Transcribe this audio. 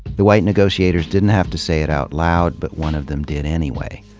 the white negotiators didn't have to say it out loud, but one of them did anyway.